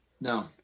No